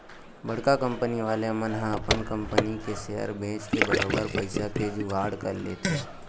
बड़का कंपनी वाले मन ह अपन कंपनी के सेयर बेंच के बरोबर पइसा के जुगाड़ कर लेथे